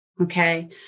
okay